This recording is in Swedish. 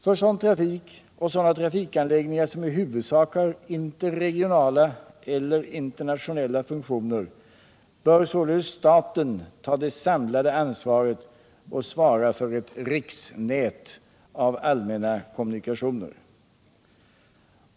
För sådan trafik och sådana trafikanläggningar som i huvudsak har interregionala eller internationella funktioner bör således staten ta det samlade ansvaret och svara för ett riksnät av allmänna kommunikationer.